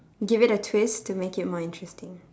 give it a twist to make it more interesting